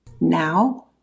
Now